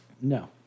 No